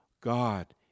God